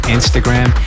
Instagram